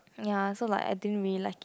ya so like I didn't really like it